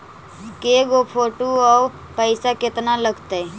के गो फोटो औ पैसा केतना लगतै?